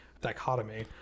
dichotomy